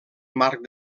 marc